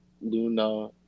Luna